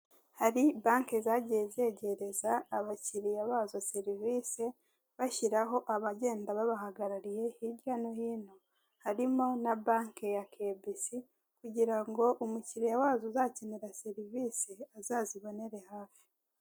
Hari banki zagiye zegereza abakiriya bazo serivisi bashyiraho abagenda babahagarariye hirya no hino harimo na banki ya kebisi kugira ngo umukiriya wazo uzakenera serivisi azazibonere hafi.